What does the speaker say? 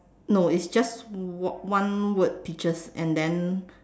no it's just one one word peaches and then